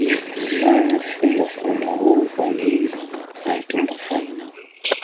Mivolagna fomba fanaovagn'ny zava-kanto mba hainao.